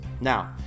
Now